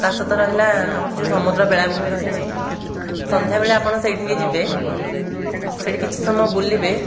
ତା ସହିତ ରହିଲା ଆମର ଯେଉଁ ସମୁଦ୍ର ବେଳାଭୂମି ରହିଛି ସନ୍ଧ୍ୟା ବେଳେ ଆପଣ ସେଇଠିକି ଯିବେ ସେଇଠି କିଛି ସମୟ ବୁଲିବେ